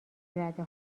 رده